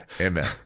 Amen